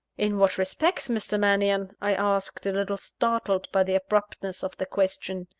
in what respect, mr. mannion? i asked, a little startled by the abruptness of the question.